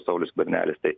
saulius skvernelis tai